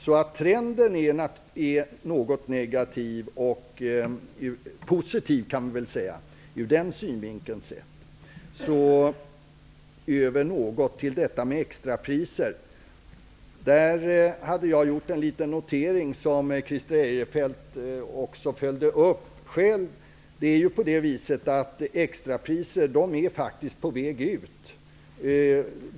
Så trenden kan sägas vara positiv. Sedan något om extrapriserna. Där gjorde jag en liten notering som Christer Eirefelt följde upp. Extrapriserna är faktiskt på väg ut.